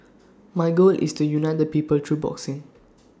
my goal is to unite the people through boxing